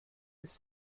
miss